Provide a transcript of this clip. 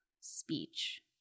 speech